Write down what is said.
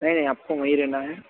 नहीं नहीं आपको वहीं रहना है